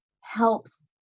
helps